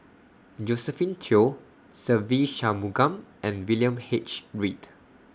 Josephine Teo Se Ve Shanmugam and William H Read